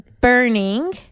Burning